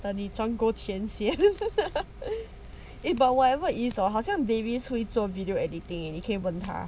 等你赚够钱先 你懂 hor 这种好像 davies 会做 video editing eh 你可以问他